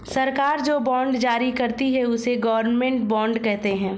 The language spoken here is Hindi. सरकार जो बॉन्ड जारी करती है, उसे गवर्नमेंट बॉन्ड कहते हैं